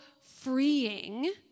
freeing